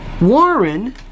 Warren